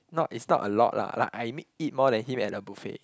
not it's not a lot lah like I eat more than him at a buffet